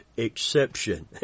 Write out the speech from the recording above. Exception